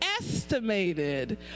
estimated